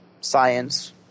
science